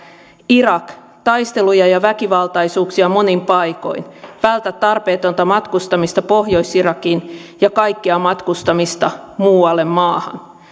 irak taisteluja ja väkivaltaisuuksia monin paikoin vältä tarpeetonta matkustamista pohjois irakiin ja kaikkea matkustamista muualle maahan